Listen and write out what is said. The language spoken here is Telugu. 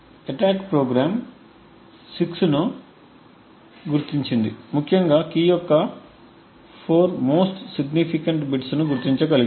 attack ప్రోగ్రామ్ 6 ను గుర్తించింది ముఖ్యంగా కీ యొక్క 4 మోస్ట్ సిగ్నిఫికంట్ బిట్స్ను గుర్తించగలిగింది